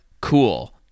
cool